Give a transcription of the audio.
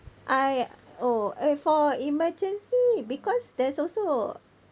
I oh uh for emergency because there's also